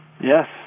Yes